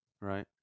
Right